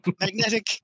magnetic